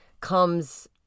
comes